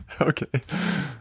Okay